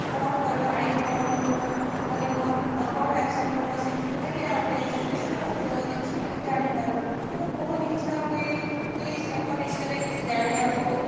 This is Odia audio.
କ'ଣ କହିବ ଆଇନ କ'ଣ କହିବ କରିବ ଆଉ କ'ଣ ଆକ୍ସନ୍ ନବ ସେଥିପାଇଁ ଆମେ ସେ ବିଷୟରେ ଅଧିକ କିଛି ଜାଣିପାରୁନୁ କିନ୍ତୁ ବହୁତ ଇଚ୍ଛା ହୁଏ କି ତାଙ୍କ ବିଷୟରେ କିଛି ଜାଣିବାକୁ